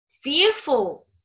fearful